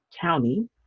county